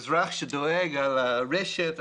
אזרח שדואג לרשת,